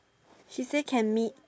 she say can meet